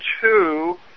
two